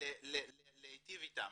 ולהיטיב איתם.